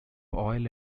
oil